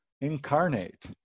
incarnate